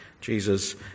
Jesus